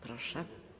Proszę.